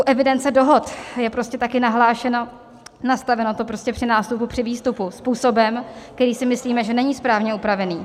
U evidence dohod je prostě také nahlášeno, nastaveno to při nástupu, při výstupu způsobem, který si myslíme, že není správně opravený.